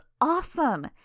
awesome